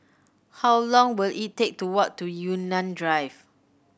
how long will it take to walk to Yunnan Drive